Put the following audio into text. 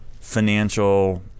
financial